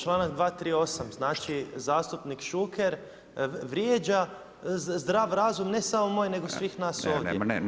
Članak 238. znači zastupnik Šuker vrijeđa zdrav razum ne samo moj, nego svih nas ovdje.